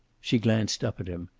she glanced up at him,